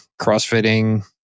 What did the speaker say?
crossfitting